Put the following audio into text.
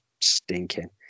stinking